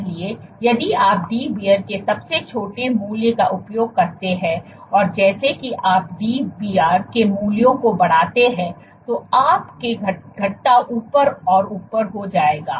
इसलिए यदि आप Dbr के सबसे छोटे मूल्य का उपयोग करते हैं और जैसा कि आप Dbr के मूल्यों को बढ़ाते हैं तो आपके घटता ऊपर और ऊपर हो जाएगा